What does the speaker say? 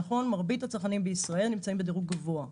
מרבית הצרכנים בישראל נמצאים בדירוג גבוה,